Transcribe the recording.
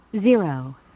zero